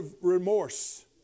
remorse